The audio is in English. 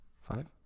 Five